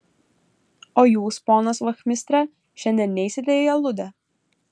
o jūs ponas vachmistre šiandien neisite į aludę